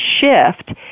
shift